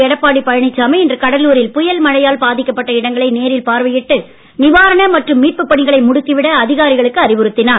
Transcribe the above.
எடப்பாடி பழனிசாமி இன்று கடலூரில் புயல் மழையால் பாதிக்கப்பட்ட இடங்களை நேரில் பார்வையிட்டு நிவாரண மற்றும் மீட்பு பணிகளை முடுக்கி விட அதிகாரிகளுக்கு அறிவுறுத்தினார்